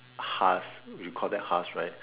husk you call that husk right